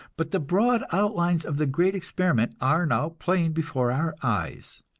but the broad outlines of the great experiment are now plain before our eyes.